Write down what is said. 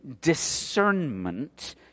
discernment